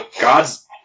God's